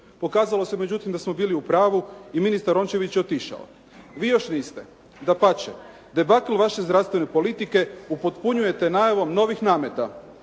Pokazalo se međutim da smo bili u pravu i ministar Rončević je otišao. Vi još niste. Dapače, debakl vaše zdravstvene politike upotpunjujete najavom novih nameta.